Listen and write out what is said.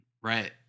Right